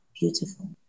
beautiful